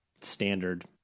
standard